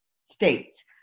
states